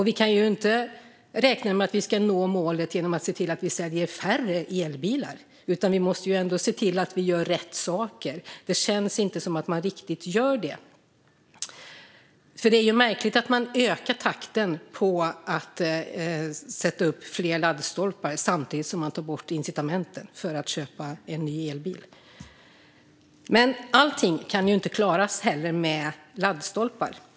Vi kan inte räkna med att vi ska nå målet genom att se till att det säljs färre elbilar. Vi måste ju ändå se till att göra rätt saker, och det känns inte riktigt som att regeringen gör det. Det är märkligt att öka takten när det gäller att sätta upp fler laddstolpar samtidigt som man tar bort incitamenten för att köpa en ny elbil. Men allting kan inte klaras med laddstolpar.